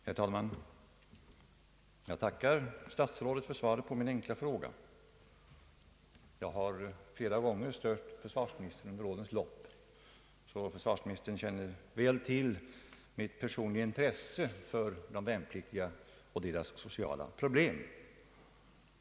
Herr talman! Jag tackar statsrådet för svaret på min enkla fråga. Jag har flera gånger stört försvarsministern under årens lopp, och försvarsministern känner därför väl till mitt personliga intresse för de värnpliktiga och deras sociala problem.